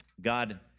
God